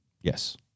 Yes